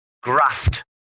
Graft